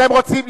אתם רוצים?